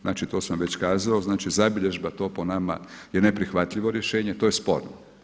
Znači to sam već kazao, znači zabilježba to po nama je neprihvatljivo rješenje, to je sporno.